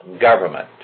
government